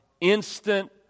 instant